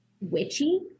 witchy